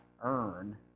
earn